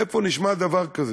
איפה נשמע דבר כזה?